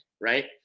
right